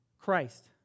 Christ